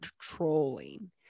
trolling